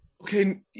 okay